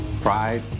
pride